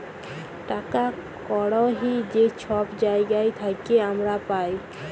টাকা কড়হি যে ছব জায়গার থ্যাইকে আমরা পাই